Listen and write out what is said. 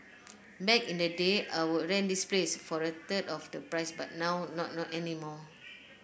back in the day I would rent this place for a third of the price but now not anymore